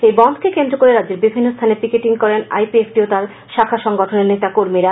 এই বনধকে কেন্দ্র করে রাজ্যের বিভিন্ন স্থানে পিকেটিং করেন আই পি এফ টি ও তার শাখা সংগঠনের নেতা কর্মীরা